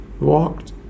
walked